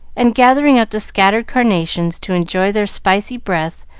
and gathering up the scattered carnations to enjoy their spicy breath,